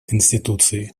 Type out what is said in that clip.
конституции